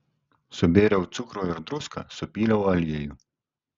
subėriau cukrų ir druską supyliau aliejų